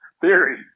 theory